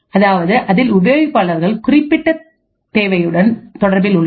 அதாவது அதில் உபயோகிப்பாளர் குறிப்பிட்ட தேவையுடன் தொடர்பில் உள்ளார்